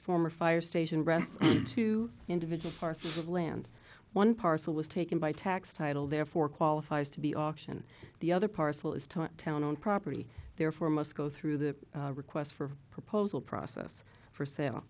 former fire station rests two individual parcel of land one parcel was taken by tax title therefore qualifies to be auction the other parcel is to town own property therefore must go through the request for proposal process for sale